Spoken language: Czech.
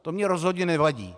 To mně rozhodně nevadí.